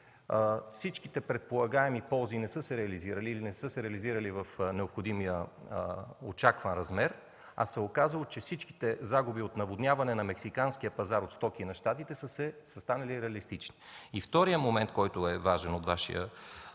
всички предполагаеми ползи не са се реализирали или не са се реализирали в необходимия, очакван размер, а се е оказало, че всички загуби от наводняване на мексиканския пазар със стоки на Щатите са станали реалистични. Вторият момент от Вашия